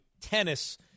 tennis